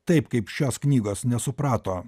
taip kaip šios knygos nesuprato